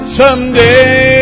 someday